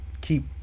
keep